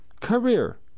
Career